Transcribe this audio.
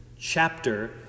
chapter